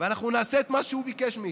ואנחנו נעשה את מה שהוא ביקש מאיתנו.